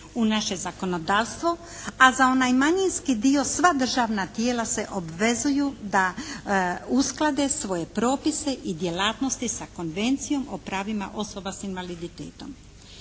u naše zakonodavstvo. A za onaj manjinski dio sva državna tijela se obvezuju da usklade svoje propise i djelatnosti sa Konvencijom o pravima osoba sa invaliditetom.